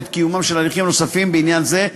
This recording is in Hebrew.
וכן את קיומם של הליכים נוספים בעניין זה,